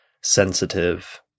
sensitive